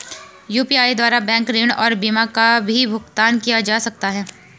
UPI द्वारा bank ऋण और बीमा का भी भुगतान किया जा सकता है?